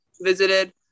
visited